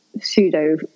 pseudo